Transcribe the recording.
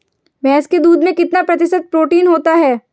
भैंस के दूध में कितना प्रतिशत प्रोटीन होता है?